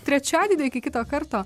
trečiadienį iki kito karto